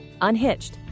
Unhitched